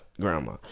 grandma